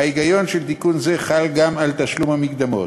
ההיגיון של תיקון זה חל גם על תשלום המקדמות,